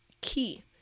key